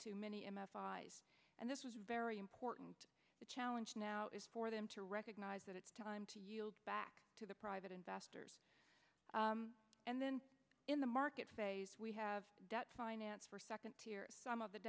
to many m f eyes and this was very important the challenge now is for them to recognize that it's time to yield back to the private investors and then in the markets we have debt finance for second tier some of the